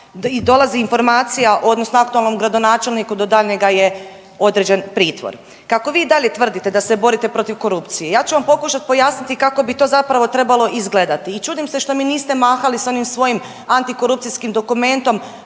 i dolazi informacija odnosno aktualnom gradonačelniku do daljnjega je određen pritvor. Kako vi i dalje tvrdite da se borite protiv korupcije ja ću vam pokušat pojasniti kako bi to zapravo trebalo izgledati i čudim se što mi niste mahali s onim svojim antikorupcijskim dokumentom,